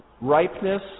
Ripeness